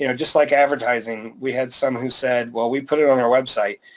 you know just like advertising. we had some who said, well, we put it on our website.